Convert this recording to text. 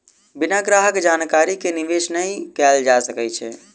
बिना ग्राहक जानकारी के निवेश नै कयल जा सकै छै